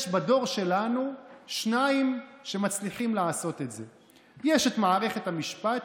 יש בדור שלנו שניים שמצליחים לעשות את זה: יש את מערכת המשפט,